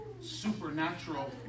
Supernatural